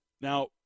Now